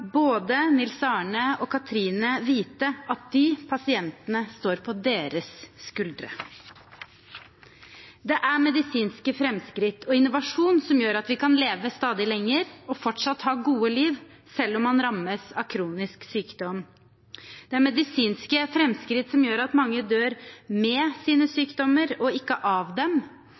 både Nils Arne og Cathrine vite at de pasientene står på deres skuldre. Det er medisinske framskritt og innovasjon som gjør at man kan leve stadig lenger og fortsatt ha et godt liv selv om man rammes av kronisk sykdom. Det er medisinske framskritt som gjør at mange dør med sine sykdommer og ikke av dem.